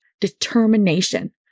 Determination